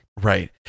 right